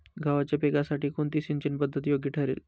गव्हाच्या पिकासाठी कोणती सिंचन पद्धत योग्य ठरेल?